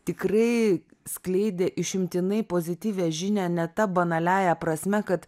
tikrai skleidė išimtinai pozityvią žinią ne ta banaliąja prasme kad